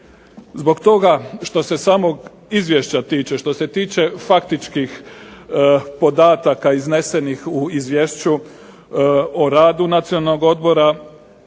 Zbog toga što se samog izvješća tiče, što se tiče faktičkih podataka iznesenih u izvješću o radu Nacionalnog odbora,